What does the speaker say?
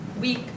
week